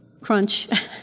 crunch